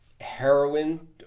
heroin